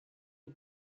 die